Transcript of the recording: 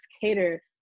cater